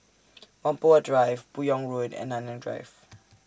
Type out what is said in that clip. Whampoa Drive Buyong Road and Nanyang Drive